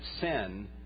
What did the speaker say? sin